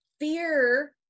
fear